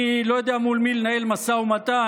אני לא יודע מול מי לנהל משא ומתן,